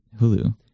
Hulu